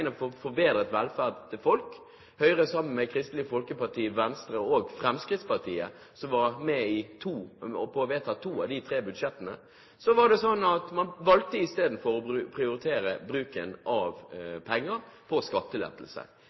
forbedret velferd for folk – Høyre sammen med Kristelig Folkeparti, Venstre og Fremskrittspartiet, som var med på å vedta to av de tre budsjettene